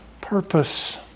purpose